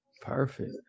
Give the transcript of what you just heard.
Perfect